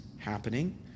happening